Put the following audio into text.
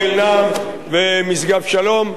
ושגב-שלום,